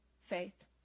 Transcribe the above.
faith